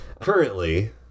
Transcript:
Currently